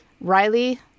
Riley